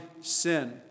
sin